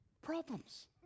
problems